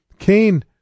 Cain